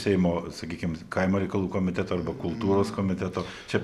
seimo sakykim kaimo reikalų komiteto arba kultūros komiteto čia